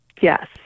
Yes